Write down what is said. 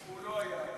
הוא לא היה היום.